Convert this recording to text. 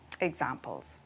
examples